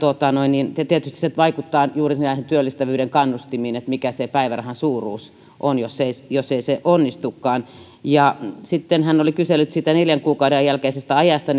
tietysti juuri näihin työllistyvyyden kannustumiin vaikuttaa mikä se päivärahan suuruus on jos ei se onnistukaan ja sitten hän oli kysellyt siitä neljän kuukauden ajan jälkeisestä ajasta